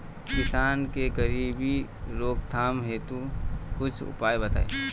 किसान के गरीबी रोकथाम हेतु कुछ उपाय बताई?